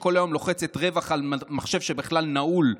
שכל היום לוחצת רווח על מחשב שבכלל נעול,